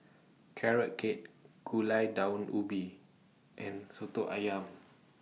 Carrot Cake Gulai Daun Ubi and Soto Ayam